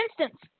instance